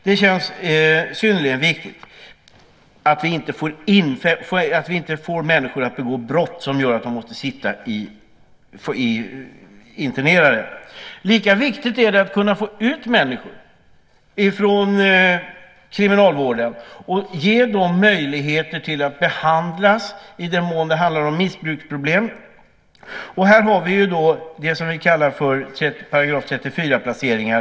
Det känns synnerligen viktigt att vi kan få människor att avstå från att begå brott som gör att de måste sitta internerade. Lika viktigt är det att få ut människor från kriminalvården och att ge dem möjligheter till behandling i den mån det rör sig om missbruksproblem. Vi har här möjligheten till så kallade § 34-placeringar.